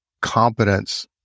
competence